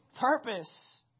Purpose